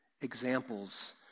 examples